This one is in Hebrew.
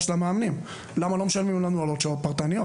למה אין אופק חדש למאמנים?